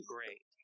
Great